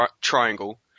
Triangle